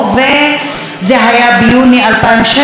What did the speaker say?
זה היה ביוני 2016,